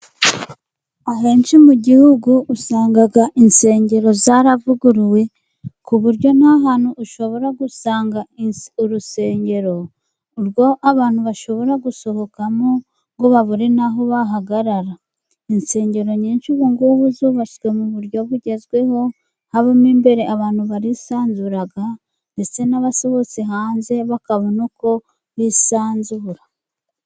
Ahenshi mu gihugu usanga insengero zaravuguruwe ku buryo nta hantu ushobora gusanga urusengero abantu bashobora gusohokamo ngo babure n'aho bahagarara. Insengero nyinshi ubu ngubu zubatswe mu buryo bugezweho aho mo imbere abantu barisanzura ndetse n'abasohotse hanze bakabona uko bisanzu.